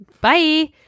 Bye